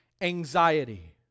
anxiety